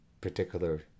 particular